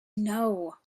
know